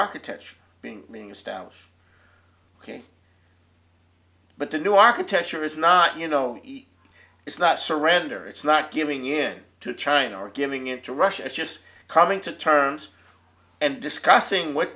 architecture being being established but the new architecture is not you know it's not surrender it's not giving in to china or giving it to russia it's just coming to terms and discussing w